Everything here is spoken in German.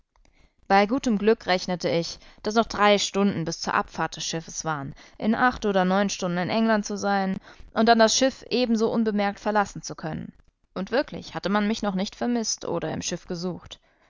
bei gutem glück rechnete ich da noch drei stunden bis zur abfahrt des schiffes waren in acht oder neun stunden in england zu sein und dann das schiff ebenso unbemerkt verlassen zu können und wirklich hatte man mich noch nicht vermißt oder nicht im schiff gesucht